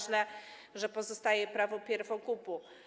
Źle, że pozostaje prawo pierwokupu.